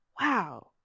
wow